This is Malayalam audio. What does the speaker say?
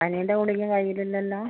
പനീൻ്റെ ഗുളികേം കയ്യിലില്ലല്ലോ